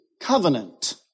covenant